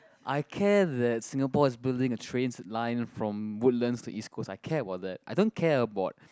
I care that Singapore is building a train's line from Woodlands to East Coast I care about that I don't care about